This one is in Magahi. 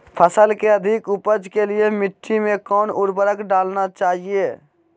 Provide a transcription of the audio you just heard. फसल के अधिक उपज के लिए मिट्टी मे कौन उर्वरक डलना चाइए?